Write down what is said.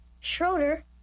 Schroeder